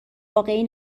واقعی